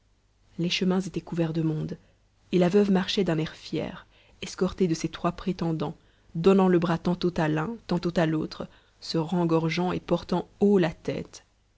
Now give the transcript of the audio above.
les chemins étaient couverts de monde et la veuve marchait d'un air fier escortée de ses trois prétendants donnant le bras tantôt à l'un tantôt à l'autre se rengorgeant et portant haut la tête